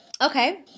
Okay